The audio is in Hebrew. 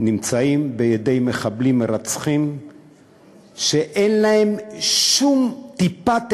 נמצאים בידי מחבלים מרצחים שאין להם שום טיפת אנושיות.